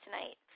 tonight